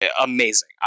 Amazing